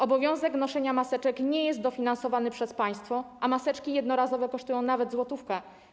Obowiązek noszenia maseczek nie jest dofinansowany przez państwo, a maseczki jednorazowe kosztują nawet złotówkę.